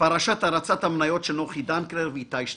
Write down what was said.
פרשת הרצת המניות של נוחי דנקנר ואיתי שטרום.